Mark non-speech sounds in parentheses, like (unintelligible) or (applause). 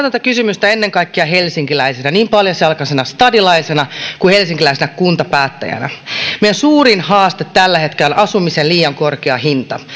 (unintelligible) tätä kysymystä ennen kaikkea helsinkiläisenä niin paljasjalkaisena stadilaisena kuin helsinkiläisenä kuntapäättäjänä meidän suurin haasteemme tällä hetkellä on asumisen liian korkea hinta